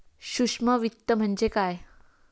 सूक्ष्म वित्त म्हणजे काय?